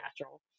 natural